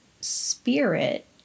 spirit